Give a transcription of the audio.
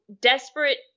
desperate